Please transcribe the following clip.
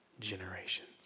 generations